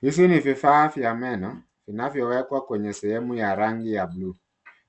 Hizi ni vifaa vya meno vinavyowekwa kwenye sehemu ya rangi ya buluu.